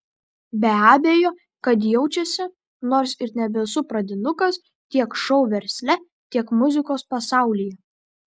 be abejo kad jaučiasi nors ir nebesu pradinukas tiek šou versle tiek muzikos pasaulyje